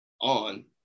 on